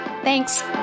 Thanks